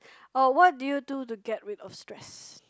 oh what do you do to get rid of stress